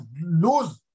lose